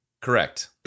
Correct